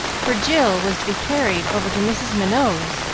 for jill was to be carried over to mrs. minot's,